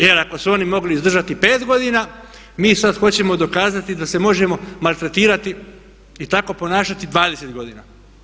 Jer ako su oni mogli izdržati 5 godina mi sada hoćemo dokazati da se možemo maltretirati i tako ponašati 20 godina.